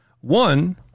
One